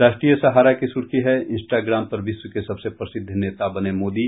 राष्ट्रीय सहारा की सुर्खी है इंस्टाग्राम पर विश्व के सबसे प्रसिद्ध नेता बने मोदी